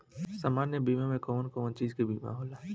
सामान्य बीमा में कवन कवन चीज के बीमा होला?